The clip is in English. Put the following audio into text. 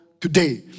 today